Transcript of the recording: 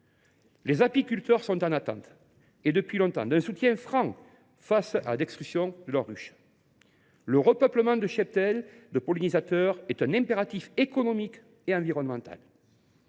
frauduleux. Ils attendent depuis longtemps un soutien franc face à la destruction de leurs ruches. Le repeuplement des cheptels de pollinisateurs est un impératif économique et environnemental.